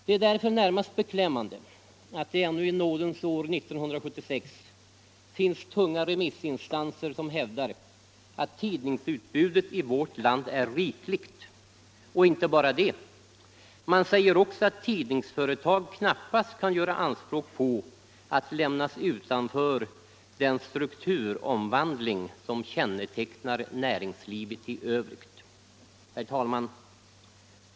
Det är därför närmast beklämmande att det ännu i nådens år 1976 finns tunga remissinstanser som hävdar att tidningsutbudet i vårt land är rikligt, och inte bara det — man säger också att tidningsföretag knappast kan göra anspråk på att lämnas utanför den strukturomvandling som kännetecknar näringslivet i övrigt. Herr talman!